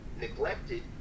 neglected